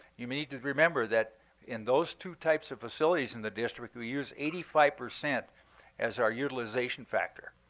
you may need to remember that in those two types of facilities in the district, we use eighty five percent as our utilization factor.